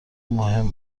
مهم